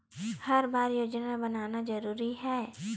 हर बार योजना बनाना जरूरी है?